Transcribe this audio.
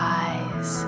eyes